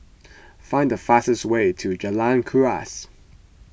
find the fastest way to Jalan Kuras